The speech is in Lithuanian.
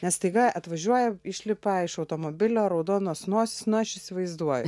nes staiga atvažiuoja išlipa iš automobilio raudonos nosys nu aš įsivaizduoju